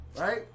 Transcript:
right